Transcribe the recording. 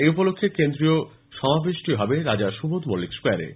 এই উপলক্ষ্যে কেন্দ্রীয় সমাবেশটি হবে রাজা সুবোধ মল্লিক স্কোয়ারে